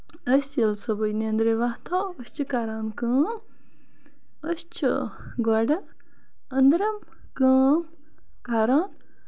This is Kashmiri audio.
أسۍ ییٚلہِ صبُحٲے نیندرِ وۄتھو أسۍ چھِ کران کٲم أسۍ چھِ گۄڈٕ أندرِم کٲم کران